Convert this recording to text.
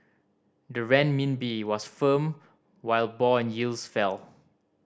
the Renminbi was firm while bond yields fell